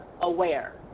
aware